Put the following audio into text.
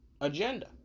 agenda